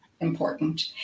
important